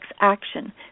action